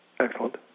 Excellent